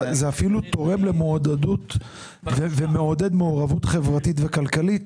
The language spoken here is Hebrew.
זה אפילו תורם ומעודד מעורבות חברתית וכלכלית